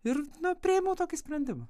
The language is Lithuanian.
ir na priėmiau tokį sprendimą